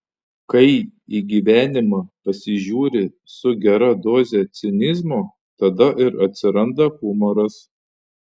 kai į gyvenimą pasižiūri su gera doze cinizmo tada ir atsiranda humoras